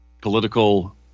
political